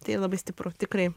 tai labai stipru tikrai